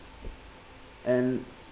and